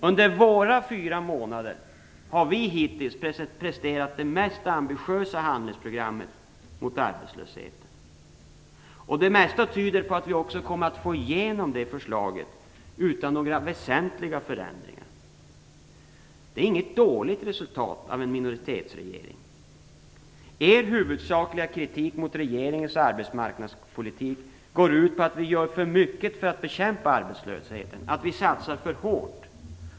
Under våra fyra månader har vi hittills presterat det mest ambitiösa handlingsprogrammet mot arbetslösheten. Det mesta tyder på att vi kommer att få igenom förslaget utan några väsentliga förändringar. Det är inget dåligt resultat av en minoritetsregering. Er huvudsakliga kritik mot regeringens arbetsmarknadspolitik går ut på att vi gör för mycket för att bekämpa arbetslösheten, att vi satsar för hårt.